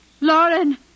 Lauren